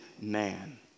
man